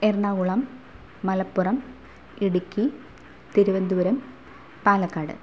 Ernakulam Malappuram Idukki Thiruvananthapuram Palakkad